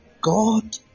God